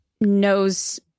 knows